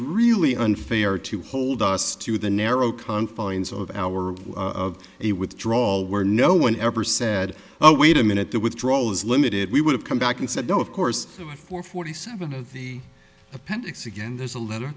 really unfair to hold us to the narrow confines of our will he withdraw where no one ever said oh wait a minute the withdrawal is limited we would have come back and said of course there were four forty seven of the appendix again there's a letter